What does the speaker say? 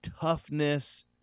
toughness